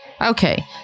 Okay